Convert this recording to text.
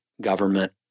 government